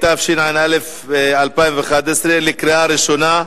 התשע"א 2011, קריאה ראשונה.